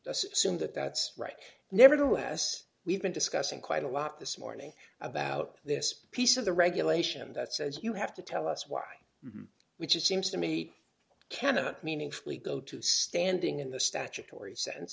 that that's right nevertheless we've been discussing quite a lot this morning about this piece of the regulation that says you have to tell us why which it seems to me cannot meaningfully go to standing in the statutory sense